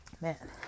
Man